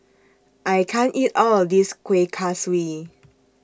I can't eat All of This Kuih Kaswi